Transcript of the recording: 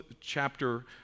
chapter